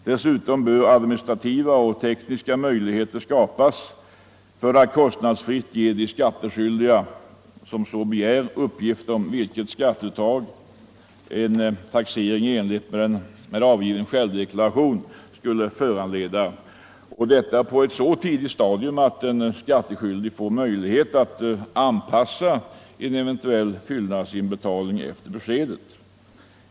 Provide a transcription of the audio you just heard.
Dessutom bör administrativa och tekniska möjligheter skapas för att kostnadsfritt ge de skattskyldiga som så begär uppgift om vilket skatteuttag en taxering i enlighet med avgiven självdeklaration skulle föranleda, och detta på ett så tidigt stadium att den skattskyldige får möjlighet att anpassa eventuell fyllnadsinbetalning efter beskedet.